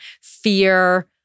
fear